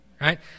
Right